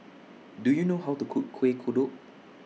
Do YOU know How to Cook Kuih Kodok